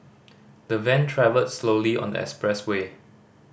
the van travelled slowly on expressway